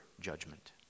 judgment